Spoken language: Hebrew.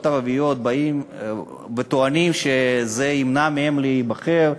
ערביות באות וטוענות שזה ימנע מהן להיבחר,